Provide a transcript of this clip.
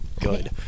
good